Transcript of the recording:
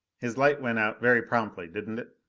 his light went out very promptly, didn't it?